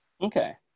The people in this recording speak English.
Okay